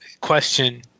question